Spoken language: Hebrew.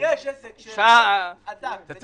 במקרה שיש עסק שהרוויח חזק, למה שיהיה פטור ממע"מ?